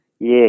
Yes